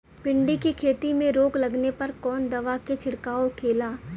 भिंडी की खेती में रोग लगने पर कौन दवा के छिड़काव खेला?